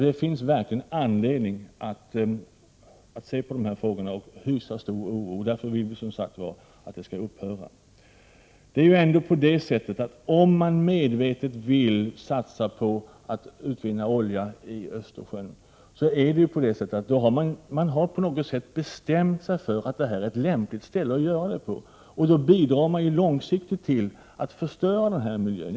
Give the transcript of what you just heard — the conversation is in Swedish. Det finns verkligen anledning att se på dessa frågor och hysa stor oro. Därför vill vi som sagt att oljeborrningarna skall upphöra. Om man medvetet vill satsa på att utvinna olja i Östersjön har man på något sätt bestämt sig för att Östersjön är ett lämpligt ställe att göra detta på. Då bidrar man ju långsiktigt till att förstöra den här miljön.